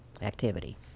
activity